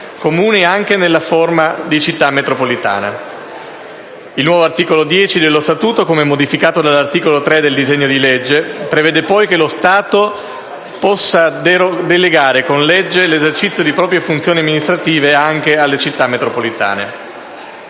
Comuni anche nella forma di Città metropolitana. Il nuovo articolo 10 dello Statuto, come modificato dall'articolo 3 del disegno di legge, prevede poi che lo Stato possa delegare con legge l'esercizio di proprie funzioni amministrative anche alle Città metropolitane.